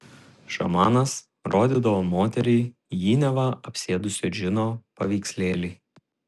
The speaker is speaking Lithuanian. šamanas rodydavo moteriai jį neva apsėdusio džino paveikslėlį